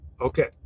Okay